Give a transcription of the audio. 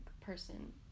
person